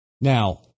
Now